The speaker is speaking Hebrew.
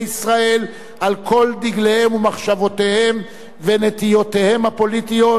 ישראל על כל דגליהם ומחשבותיהם ונטיותיהם הפוליטיות,